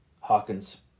Hawkins